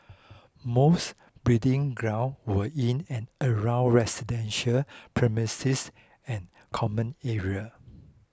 most breeding grounds were in and around residential premises and common area